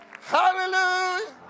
hallelujah